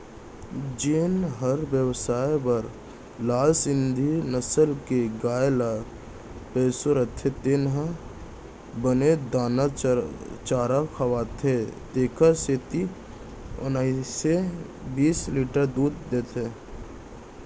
जेन हर बेवसाय बर लाल सिंघी नसल के गाय ल पोसे रथे तेन ह बने दाना चारा खवाथे तेकर सेती ओन्नाइस बीस लीटर दूद देथे